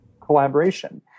collaboration